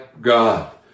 God